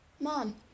Mom